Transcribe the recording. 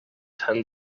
ten